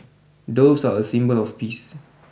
doves are a symbol of peace